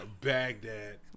Baghdad